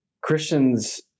christians